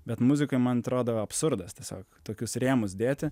bet muzikoj man atrodo absurdas tiesiog tokius rėmus dėti